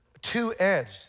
Two-edged